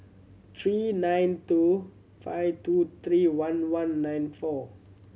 three nine two five two three one one nine four